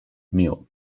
mule